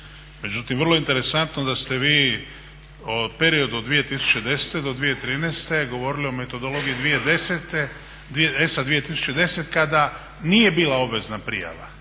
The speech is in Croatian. međutim vrlo interesantno da ste vi o periodu od 2010. do 2013. govorili o metodologiji 2010. kada nije bila obvezna prijava